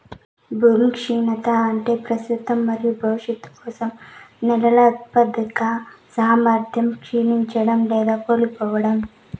భూమి క్షీణత అంటే ప్రస్తుత మరియు భవిష్యత్తు కోసం నేలల ఉత్పాదక సామర్థ్యం క్షీణించడం లేదా కోల్పోవడం